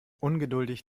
ungeduldig